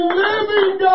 living